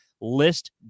list